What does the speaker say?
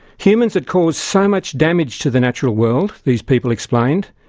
humans had caused so much damage to the natural world, these people explained,